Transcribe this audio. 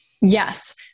Yes